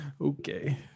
Okay